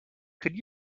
could